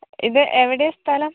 ഇത് എവിടെയാണ് സ്ഥലം